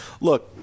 look –